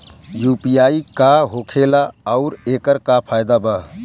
UPI का होखेला आउर एकर का फायदा बा?